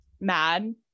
mad